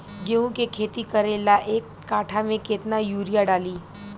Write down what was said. गेहूं के खेती करे ला एक काठा में केतना युरीयाँ डाली?